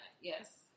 Yes